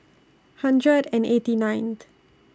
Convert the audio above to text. hundred and eighty ninth